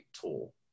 tool